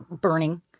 burning